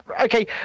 okay